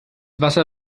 wasser